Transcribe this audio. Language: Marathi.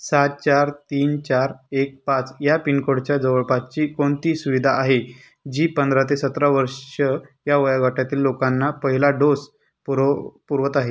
सात चार तीन चार एक पाच या पिनकोडच्या जवळपाचची कोणती सुविधा आहे जी पंधरा ते सतरा वर्ष या वयाेगटातील लोकांना पहिला डोस पुरव पुरवत आहे